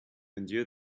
endure